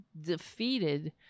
defeated